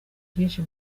byinshi